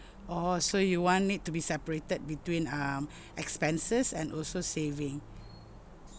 orh so you want it to be separated between um expenses and also saving